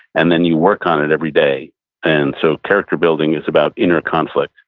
and then you work on it every day and so character building is about inner conflict.